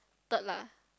third lah